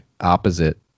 opposite